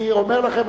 אני אומר לכם,